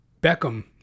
Beckham